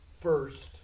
first